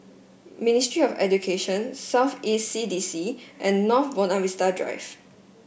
Ministry of Education South East C D C and North Buona Vista Drive